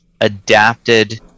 adapted